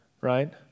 right